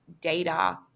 data